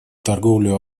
торговлю